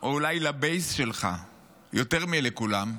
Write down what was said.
או אולי לבייס שלך יותר מכולם,